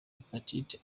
hepatite